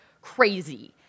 crazy